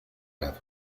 lado